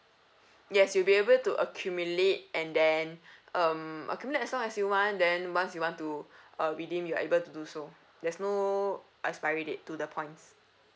yes you'll be able to accumulate and then um accumulate as long as you want then once you want to uh redeem you are able to do so there's no expiry date to the points